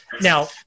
Now